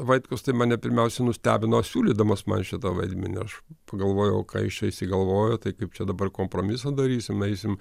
vaitkus tai mane pirmiausiai nustebino siūlydamas man šitą vaidmenį pagalvojau ką jūs čia išsigalvojat tai kaip čia dabar kompromisą darysim eisim